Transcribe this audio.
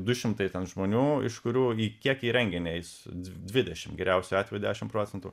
du šimtai ten žmonių iš kurių į kiek į renginį eis dvi dvidešimt geriausiu atveju dešimt procentų